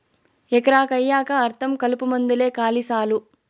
ఎకరా కయ్యికా అర్థం కలుపుమందేలే కాలి సాలు